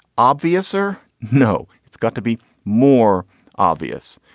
obvious or no. it's got to be more obvious.